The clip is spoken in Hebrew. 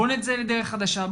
בואו נצא לדרך חדשה,